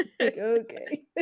Okay